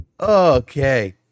Okay